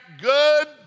good